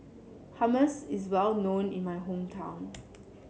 hummus is well known in my hometown